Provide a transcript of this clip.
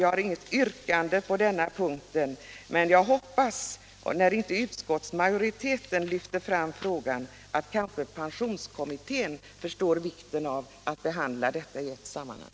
Jag har inget yrkande på denna punkt, men när nu utskottsmajoriteten inte lyfter fram den här saken hoppas jag att pensionskommittén förstår vikten av att frågorna behandlas i ett sammanhang.